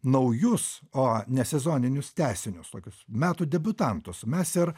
naujus o ne sezoninius tęsinius tokius metų debiutantus mes ir